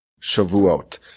Shavuot